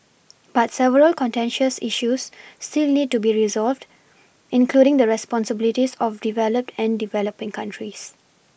but several contentious issues still need to be resolved including the responsibilities of developed and develoPing countries